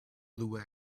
blue